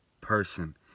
person